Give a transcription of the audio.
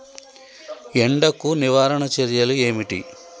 ఎండకు నివారణ చర్యలు ఏమిటి?